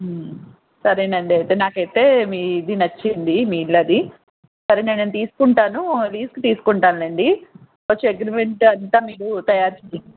సరేనండి నాకైతే మీ ఇది నచ్చింది మీ ఇల్లు అది సరేనండి నేను తీసుకుంటాను లీజ్కి తీసుకుంటాను లేండి కొంచెం అగ్రిమెంట్ అంతా మీరు తయారుచేయండి